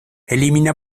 elimina